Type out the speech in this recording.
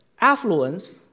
affluence